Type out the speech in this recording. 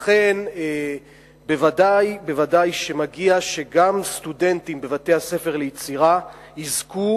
לכן ודאי שמגיע שגם סטודנטים בבתי-ספר ליצירה יזכו